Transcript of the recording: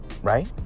Right